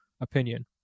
opinion